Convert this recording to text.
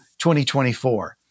2024